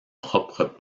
propre